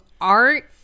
art